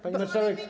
Pani marszałek.